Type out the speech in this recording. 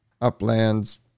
Upland's